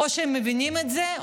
או שהם מבינים את זה,